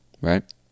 right